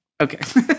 Okay